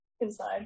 inside